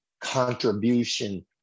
contribution